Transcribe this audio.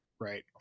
right